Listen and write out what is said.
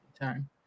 Time